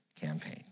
campaign